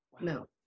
No